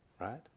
Right